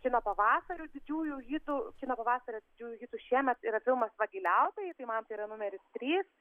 kino pavasarių didžiųjų hitų kino pavasario didžiųjų hitų šiemet yra filmas vagiliautojai tai man tai yra numeris trys